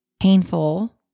painful